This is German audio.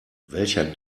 welcher